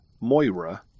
Moira